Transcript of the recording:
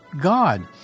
God